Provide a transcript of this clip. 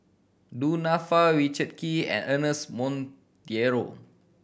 Du Nanfa Richard Kee and Ernest Monteiro